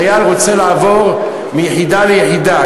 חייל רוצה לעבור מיחידה ליחידה,